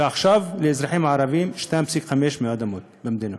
ועכשיו לאזרחים הערבים, 2.5% מהאדמות במדינה.